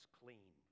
clean